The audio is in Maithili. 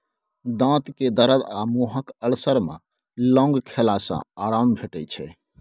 दाँतक दरद आ मुँहक अल्सर मे लौंग खेला सँ आराम भेटै छै